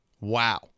wow